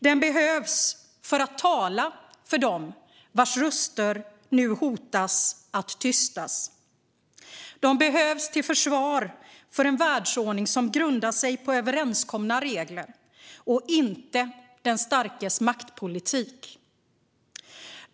Den behövs för att tala för dem vars röster nu hotar att tystas. Den behövs till försvar av en världsordning som grundar sig på överenskomna regler och inte den starkes maktpolitik.